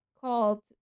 called